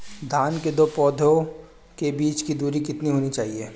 धान के दो पौधों के बीच की दूरी कितनी होनी चाहिए?